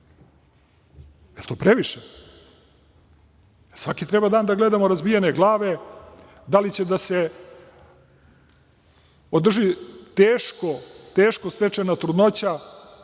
je to previše? Svaki dan treba da gledamo razbijene glave, da li će da se održi teško, teško stečena trudnoća,